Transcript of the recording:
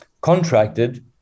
contracted